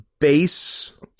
Base